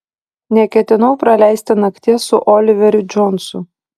neketinau praleisti nakties su oliveriu džonsu